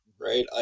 right